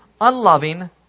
unloving